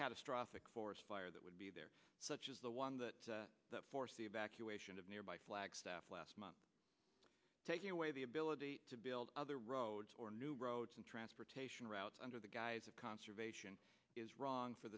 catastrophic forest fire that would be there such as the one that forced the evacuation of nearby flagstaff last month taking away the ability to build other roads or new roads and transportation routes under the guise of conservation is wrong for